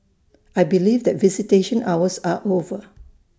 I believe that visitation hours are over